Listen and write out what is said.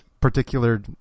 particular